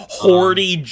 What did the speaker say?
horny